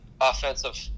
offensive